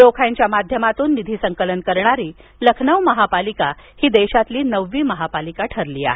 रोख्यांच्या माध्यमातून निधी संकलन करणारी लखनौ महापालिका ही देशातील नववी महापालिका ठरली आहे